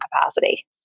capacity